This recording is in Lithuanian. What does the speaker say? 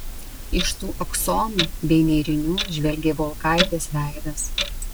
iš tų aksomų bei nėrinių žvelgė volkaitės veidas